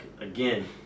again